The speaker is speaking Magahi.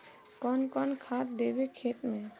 कौन कौन खाद देवे खेत में?